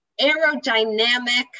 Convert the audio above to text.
aerodynamic